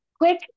quick